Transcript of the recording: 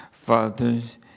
Fathers